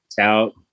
out